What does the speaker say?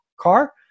car